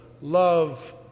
love